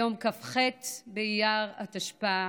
היום, כ"ח באייר התשפ"א,